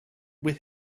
with